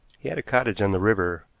he had a cottage on the river,